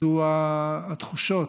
מדוע התחושות,